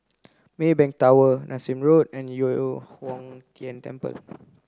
Maybank Tower Nassim Road and Yu Huang Tian Temple